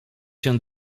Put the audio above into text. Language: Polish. się